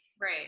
right